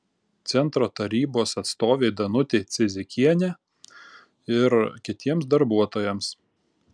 centro tarybos atstovei danutei cidzikienė ir kitiems darbuotojams